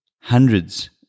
hundreds